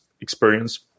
experience